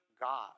God